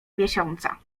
miesiąca